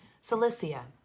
Cilicia